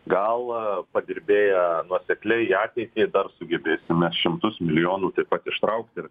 gal padirbėję nuosekliai į ateitį dar sugebėsime šimtus milijonų taip pat ištraukti ir